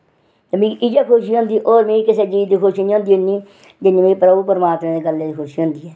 ते मिगी इयै खुशी होंदी होर मिगी कुसै चीज़ दी खुशी निं होंदी इन्नी जिन्नी मिगी प्रभु परमात्में दी गल्लें दी खुशी होंदी ऐ